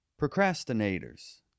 Procrastinators